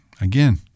again